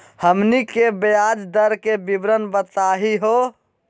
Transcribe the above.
हमनी के ब्याज दर के विवरण बताही हो?